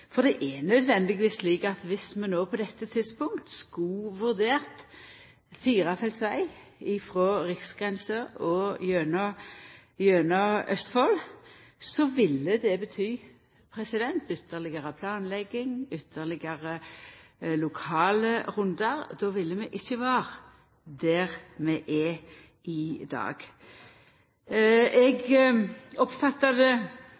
For det er nødvendigvis slik at dersom vi på dette tidspunktet skulle vurdert firefelts veg frå Riksgrensa gjennom Østfold, ville det bety ytterlegare planlegging, ytterlegare lokale rundar. Då ville vi ikkje ha vore der vi er i dag. Eg oppfatta det